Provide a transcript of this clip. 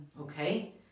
okay